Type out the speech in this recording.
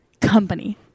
company